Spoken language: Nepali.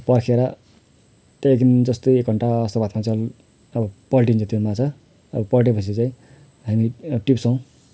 पर्खेर त्यहाँदेखि जस्तै एक घन्टा जस्तो बादमा चाहिँ अब पल्टिन्छ त्यो माछा अब पल्टेपछि चाहिँ हामी टिप्छौँ